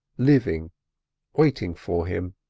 living waiting for him.